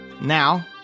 Now